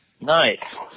Nice